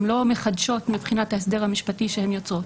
הן לא מחדשות מבחינת ההסדר המשפטי שהן יוצרות.